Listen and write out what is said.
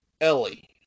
Ellie